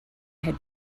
had